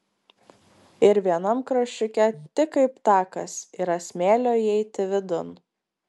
ir vienam kraščiuke tik kaip takas yra smėlio įeiti vidun